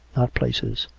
not places!